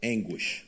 Anguish